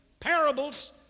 parables